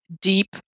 deep